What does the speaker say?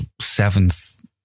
seventh